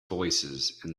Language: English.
voicesand